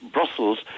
Brussels